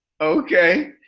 Okay